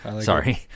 Sorry